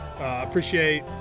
Appreciate